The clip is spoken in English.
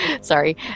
Sorry